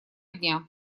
дня